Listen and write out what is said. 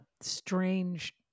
strange